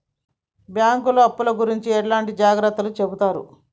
బ్యాంకులు అప్పుల గురించి ఎట్లాంటి జాగ్రత్తలు చెబుతరు?